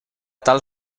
tal